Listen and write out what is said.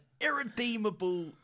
irredeemable